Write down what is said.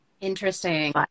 Interesting